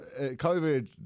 COVID